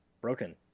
broken